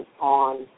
on